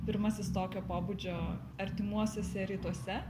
pirmasis tokio pobūdžio artimuosiuose rytuose